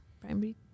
primary